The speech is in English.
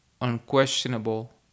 unquestionable